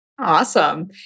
Awesome